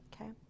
okay